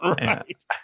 Right